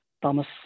Thomas